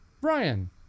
brian